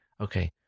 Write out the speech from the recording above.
Okay